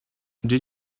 did